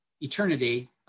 eternity